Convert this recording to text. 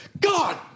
God